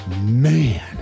Man